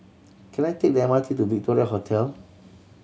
can I take the M R T to Victoria Hotel